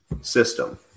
system